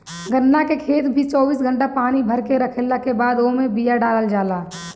गन्ना के खेत के भी चौबीस घंटा पानी भरके रखला के बादे ओमे बिया डालल जाला